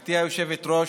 גברתי היושבת-ראש,